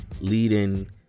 leading